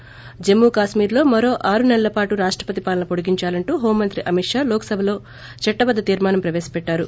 ి జమ్మూ కశ్మీర్లో మరో ఆరు నెలల పాటు రాష్టపతి పాలన పొడిగిందాలంటూ హోంమంత్రి అమిత్ షా లోక్సభలో చట్టబద్ద తీర్మానం ప్రపేశ పెట్టారు